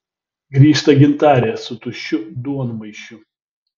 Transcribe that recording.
grįžta gintarė su tuščiu duonmaišiu